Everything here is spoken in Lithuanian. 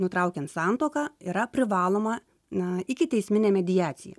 nutraukiant santuoką yra privaloma na ikiteisminė mediacija